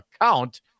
account